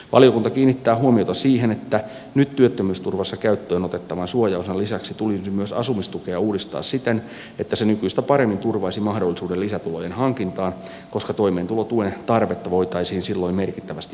valiokunta kiinnittää huomiota siihen että nyt työttömyysturvassa käyttöön otettavan suojaosan lisäksi tulisi myös asumistukea uudistaa siten että se nykyistä paremmin turvaisi mahdollisuuden lisätulojen hankintaan koska toimeentulotuen tarvetta voitaisiin silloin merkittävästi vähentää